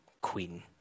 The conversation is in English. Queen